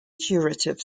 curative